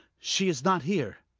she's not here.